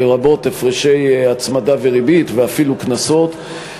לרבות הפרשי הצמדה וריבית ואפילו קנסות.